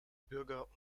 bürger